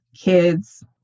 kids